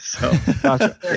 Gotcha